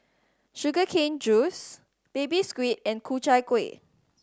sugar cane juice Baby Squid and Ku Chai Kueh